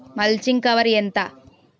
Mulching cover ఎంత?